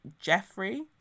Jeffrey